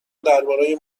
درباره